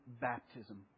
baptism